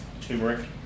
turmeric